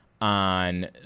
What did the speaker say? on